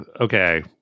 Okay